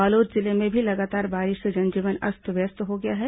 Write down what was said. बालोद जिले में भी लगातार बारिश से जनजीवन अस्त व्यस्त हो गया है